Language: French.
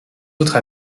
autres